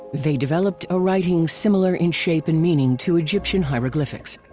they developed a writing similar in shape and meaning to egyptian hieroglyphics.